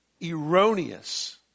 erroneous